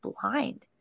blind